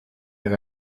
mehr